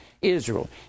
Israel